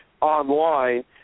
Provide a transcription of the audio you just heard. online